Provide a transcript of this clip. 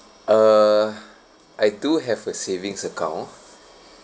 err I do have a savings account